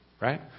right